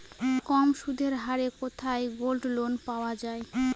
কম সুদের হারে কোথায় গোল্ডলোন পাওয়া য়ায়?